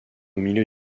milieu